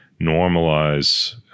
normalize